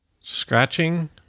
Scratching